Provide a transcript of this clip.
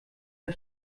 der